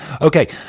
Okay